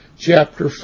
Chapter